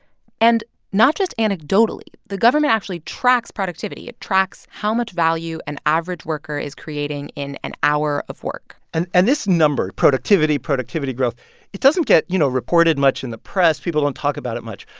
and not just anecdotally the government actually tracks productivity. it tracks how much value an average worker is creating in an hour of work and and this number productivity, productivity growth it doesn't get, you know, reported much in the press. people don't talk about it much.